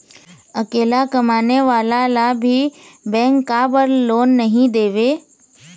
अकेला कमाने वाला ला भी बैंक काबर लोन नहीं देवे?